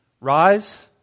rise